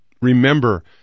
remember